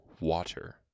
water